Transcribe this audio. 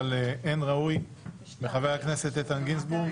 אבל אין ראוי מחבר הכנסת איתן גינזבורג.